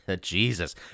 Jesus